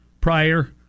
prior